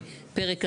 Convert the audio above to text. בפרק הזמן,